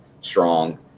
strong